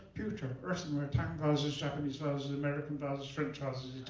pewter, earthenware, tang vases, japanese vases, american vases, french vases,